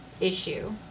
issue